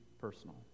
personal